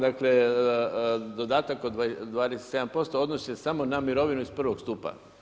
Dakle, dodatak od 27% odnosi se samo na mirovine iz prvog stupa.